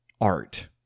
art